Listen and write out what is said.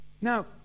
Now